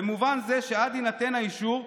במובן זה שעד שיינתן האישור,